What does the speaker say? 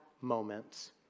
moments